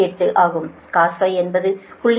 8 ஆகும் cos என்பது 0